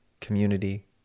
community